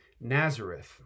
Nazareth